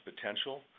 potential